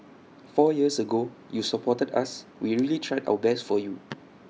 four years ago you supported us we really tried our best for you